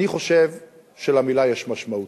אני חושב שלמלה יש משמעות.